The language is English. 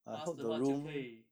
pass 的话就可以